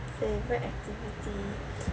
favourite activity